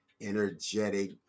energetic